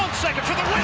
second for the